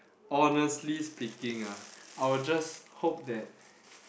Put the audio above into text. honestly speaking ah I'll just hope that